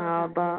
ആ അപ്പം